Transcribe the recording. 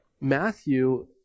Matthew